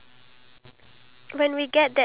ya true